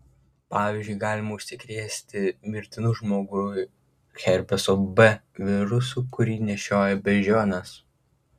pavyzdžiui galima užsikrėsti mirtinu žmogui herpeso b virusu kurį nešioja beždžionės